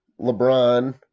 LeBron